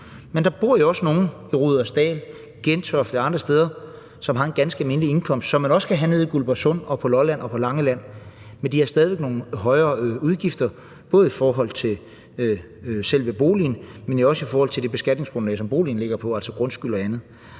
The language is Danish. men der bor jo også nogle i Rudersdal, Gentofte og andre steder, som har en ganske almindelig indkomst tilsvarende den, man kan have nede i Guldborgsund, på Lolland og på Langeland. Men de har stadig væk nogle højere udgifter, både i forhold til selve boligen, men også i forhold til det beskatningsgrundlag, der er for boligen, altså grundskyld og andet.